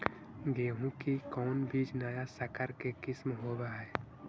गेहू की कोन बीज नया सकर के किस्म होब हय?